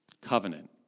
Covenant